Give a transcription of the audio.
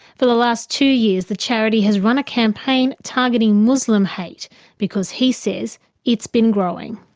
for the last two years the charity has run a campaign targeting muslim hate because he says it's been growing.